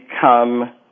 become